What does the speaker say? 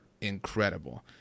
incredible